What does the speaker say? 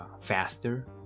faster